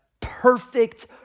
perfect